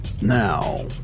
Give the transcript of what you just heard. Now